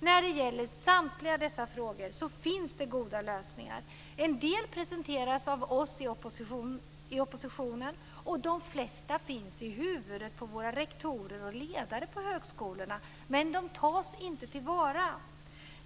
När det gäller samtliga dessa frågor finns det goda lösningar. En del presenteras av oss i oppositionen, och de flesta finns i huvudet på våra rektorer och ledare på högskolorna. Men de tas inte till vara.